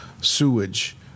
Sewage